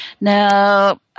Now